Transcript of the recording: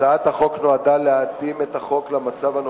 הצעת החוק נועדה להתאים את החוק למצב הנוכחי,